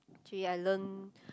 actually I learn